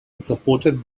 supported